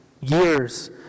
years